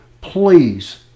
please